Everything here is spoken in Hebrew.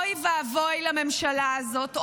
אוי ואבוי לממשלה הזאת,